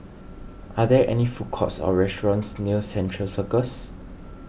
are there any food courts or restaurants near Central Circus